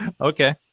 Okay